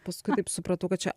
paskui taip supratau kad čia